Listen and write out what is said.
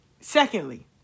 Secondly